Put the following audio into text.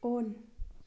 on